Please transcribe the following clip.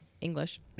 english